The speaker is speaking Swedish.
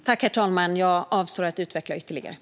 Herr talman! Jag avstår från att utveckla detta ytterligare.